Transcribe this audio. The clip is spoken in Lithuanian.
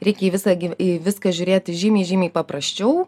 reikia į visa į viską žiūrėti žymiai žymiai paprasčiau